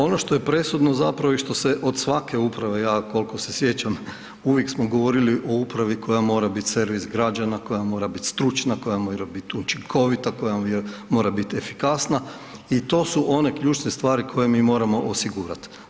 Ono što je presudno zapravo i što se od svake uprave, ja koliko se sjećam, uvijek smo govorili o upravi koja mora bit servis građana, koja mora bit stručna, koja mora bit učinkovita, koja mora biti efikasna i to su one ključne stvari koje mi moramo osigurat.